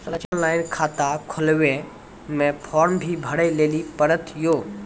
Online खाता खोलवे मे फोर्म भी भरे लेली पड़त यो?